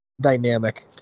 dynamic